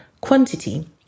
quantity